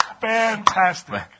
Fantastic